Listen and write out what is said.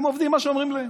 הם עובדים כמו שאומרים להם.